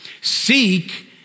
Seek